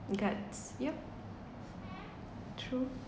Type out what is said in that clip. guts yeah true